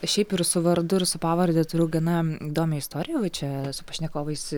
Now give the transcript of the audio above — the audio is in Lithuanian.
šiaip ir su vardu ir su pavarde turiu gana įdomią istoriją va čia su pašnekovais